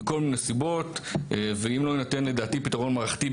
מכל מיני סיבות ואם לא יינתן לדעתי פתרון מערכתי,